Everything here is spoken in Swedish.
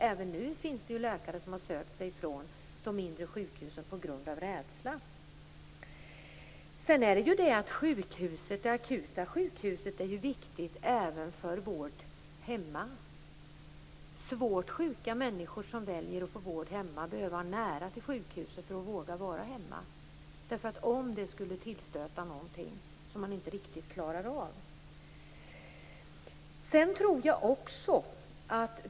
Även nu finns det många läkare som på grund av rädsla har sökt sig från de mindre sjukhusen. Akutsjukhuset är viktigt även för dem som vårdas hemma. Svårt sjuka människor som väljer att få vård hemma behöver vara nära sjukhuset för att våga vara hemma. Det behövs om det skulle tillstöta något som de inte skulle klara av.